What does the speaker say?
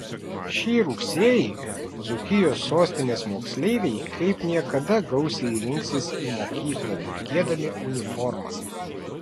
šį rugsėjį dzūkijos sostinės moksleiviai kaip niekada gausiai rinksis į mokyklą vilkėdami uniformas